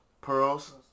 Pearls